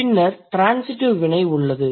பின்னர் ட்ரான்சிடிவ் வினை உள்ளது